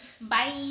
Bye